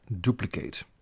Duplicate